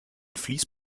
fleece